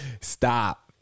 Stop